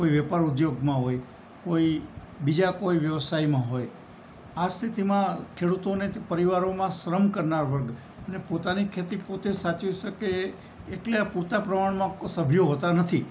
કોઈ વેપાર ઉદ્યોગમાં હોય કોઈ બીજા કોઈ વ્યવસાયમાં હોય આ સ્થિતિમાં ખેડૂતોને પરિવારોમાં શ્રમ કરનાર વર્ગ અને પોતાની ખેતી પોતે સાચવી શકે એટલે પૂરતાં પ્રમાણમાં કોઇ સભ્યો હોતાં નથી